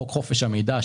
חוק חופש המידע,